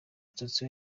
umusatsi